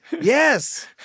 Yes